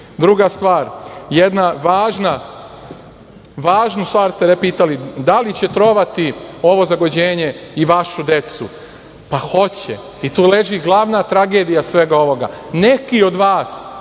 stvar. Jedna važnu stvar ste pitali - da li će trovati ovo zagađenje i vašu decu? Hoće i tu leži glavna tragedija svega ovoga. Neki od vas